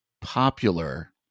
popular